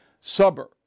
suburb